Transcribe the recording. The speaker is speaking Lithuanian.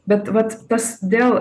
bet vat tas dėl